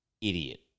Idiot